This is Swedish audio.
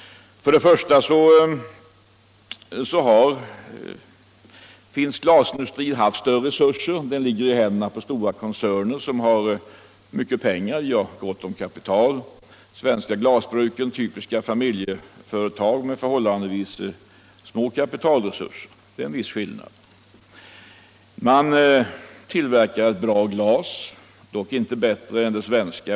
Först och främst har finsk glasindustri haft större resurser. Den ligger i händerna på stora koncerner som har gott om kapital. Svenska glasbruk är typiska familjeföretag med förhållandevis små kapitalresurser. Där finns alltså en viss skillnad. Finnarna tillverkar ett bra glas — dock inte bättre än det svenska.